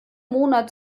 monat